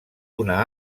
una